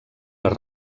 les